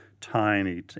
tiny